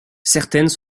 certaines